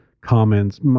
comments